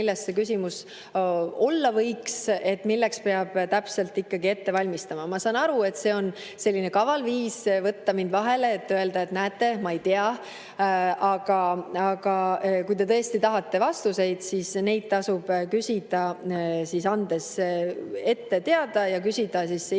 mille kohta küsimus olla võiks, milleks peab täpselt ette valmistama. Ma saan aru, et see on selline kaval viis võtta mind vahele ja öelda, et näete, te ei tea. Aga kui te tõesti tahate vastuseid, siis neid tasub küsida, andes [teema konkreetselt]